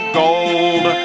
gold